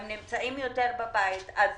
כשאנשים נמצאים יותר בבית הם